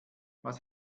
was